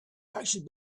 actually